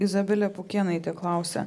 izabelė pukėnaitė klausia